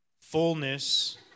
Fullness